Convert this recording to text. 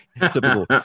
typical